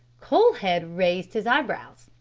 colhead raised his eyebrows.